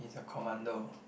he's a commando